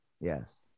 Yes